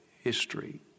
history